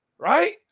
Right